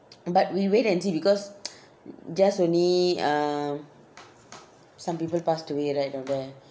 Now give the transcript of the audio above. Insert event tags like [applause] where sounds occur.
but we wait and see because [noise] just only um some people passed away right